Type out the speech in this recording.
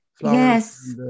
Yes